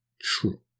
true